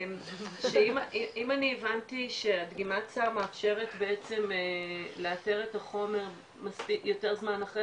אם אני הבנתי שהדגימת סם מאפשרת בעצם לאתר את החומר יותר זמן אחרי,